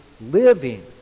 living